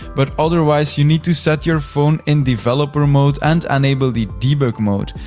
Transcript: but otherwise, you need to set your phone in developer mode and enable the debug mode.